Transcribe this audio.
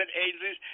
agencies